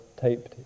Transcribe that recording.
taped